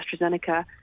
AstraZeneca